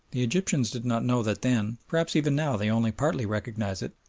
the egyptians did not know that then, perhaps even now they only partly recognise it,